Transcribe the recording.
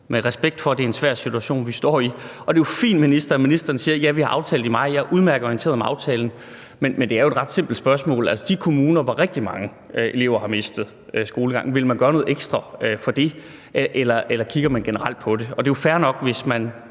med respekt for, at det er en svær situation, vi står i, Det er jo fint, at ministeren siger, at vi har aftalt det i maj. Jeg er udmærket orienteret om aftalen, men det er jo et ret simpelt spørgsmål. Altså, vil man gøre noget ekstra for de kommuner, hvor rigtig mange elever har mistet skolegang, eller kigger man generelt på det? Og det er jo fair nok, hvis man